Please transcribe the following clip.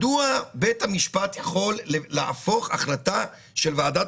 מדוע בית המשפט יכול להפוך החלטה של ועדת